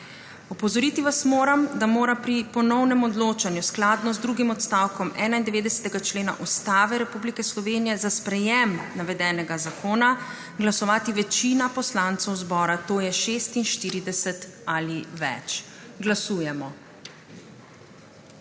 Opozoriti vas moram, da mora pri ponovnem odločanju skladno z drugim odstavkom 91. člena Ustave Republike Slovenije za sprejetje navedenega zakona glasovati večina poslancev zbora, to je 46 ali več. Glasujemo.